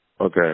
Okay